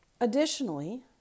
Additionally